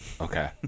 Okay